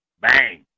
bang